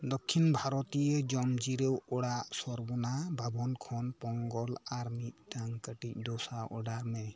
ᱫᱚᱠᱷᱤᱱ ᱵᱷᱟᱨᱚᱛᱤᱭᱟᱹ ᱡᱚᱱ ᱡᱤᱨᱟᱹᱣ ᱚᱲᱟᱜ ᱥᱚᱨᱵᱚᱱᱟ ᱵᱷᱚᱵᱚᱱ ᱠᱷᱚᱱ ᱯᱚᱝᱜᱚᱞ ᱟᱨ ᱢᱤᱫᱴᱟᱝ ᱠᱟᱹᱴᱤᱡ ᱰᱳᱥᱟ ᱳᱰᱟᱨ ᱢᱮ